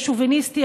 השוביניסטי,